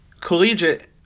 collegiate